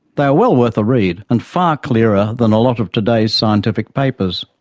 they are well worth a read, and far clearer than a lot of today's scientific papers.